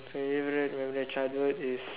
favourite during my childhood is